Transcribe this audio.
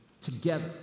together